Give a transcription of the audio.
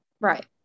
Right